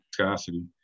viscosity